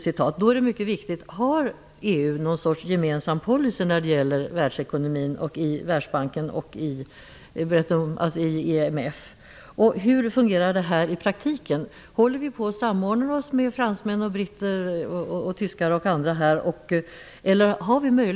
Det är mycket viktigt att veta om EU har en gemensam policy när det gäller världsekonomin i Världsbanken och i IMF. Hur fungerar det i praktiken? Håller vi på att samordna oss med fransmän, britter, tyskar och andra?